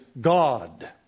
God